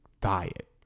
diet